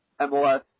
MLS